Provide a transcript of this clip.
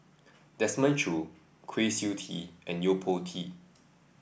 Desmond Choo Kwa Siew Tee and Yo Po Tee